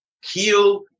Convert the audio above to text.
Heal